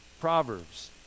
Proverbs